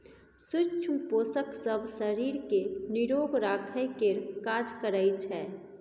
सुक्ष्म पोषक सब शरीर केँ निरोग राखय केर काज करइ छै